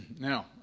now